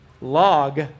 log